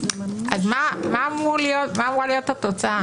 אז מה אמורה להיות התוצאה?